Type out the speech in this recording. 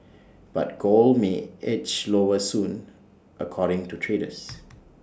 but gold may edge lower soon according to traders